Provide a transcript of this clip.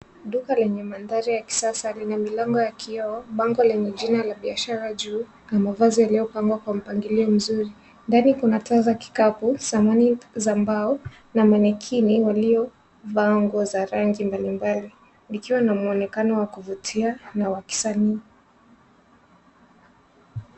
Duka lenye mandhari ya kisasa lenye milango ya kioo, bango lenye jina la biashara juu na mavazi yaliyopangwa kwa mpangilio mzuri. Ndani kuna taa za kikapu, samani za mbao na menekini waliovaa nguo za rangi mbalimbali, likiwa na mwonekano wa kuvutia na wakisanii.